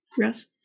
Yes